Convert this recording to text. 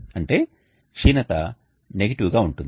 అంటే క్షీణత నెగటివ్ గా ఉంటుంది